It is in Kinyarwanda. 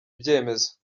ibyemezo